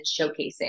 showcasing